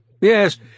Yes